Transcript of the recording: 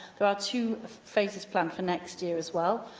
there are two phases planned for next year as well.